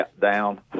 down